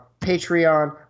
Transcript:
Patreon